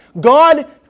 God